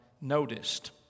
noticed